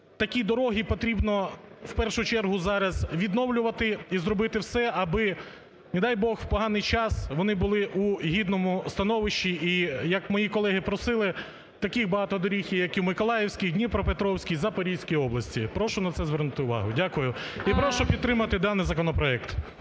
такі дороги потрібно в першу чергу зараз відновлювати і зробити все, аби, не дай Бог, в поганий час вони були у гідному становищі, і, як мої колеги просили, таких багато доріг є як і в Миколаївській, Дніпропетровській, Запорізькій області. Прошу на це звернути увагу. Дякую. І прошу підтримати даний законопроект.